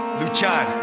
Luchar